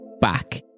back